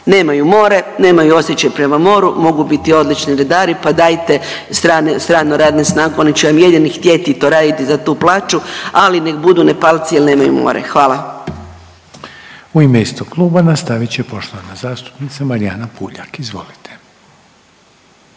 Nemaju more, nemaju osjećaj prema moru mogu biti odlični redari pa dajte stranu radnu snagu oni će vam jedini htjeti to raditi za tu plaću, ali nek budu Nepalci jer nemaju more. Hvala. **Reiner, Željko (HDZ)** U ime istog kluba nastavit će poštovana zastupnica Marijana Puljak, izvolite.